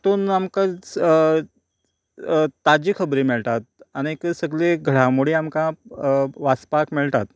तातूंन आमकां ताज्जी खबरी मेळटात आनीक सगळी घडामोडी आमकां वाचपाक मेळटात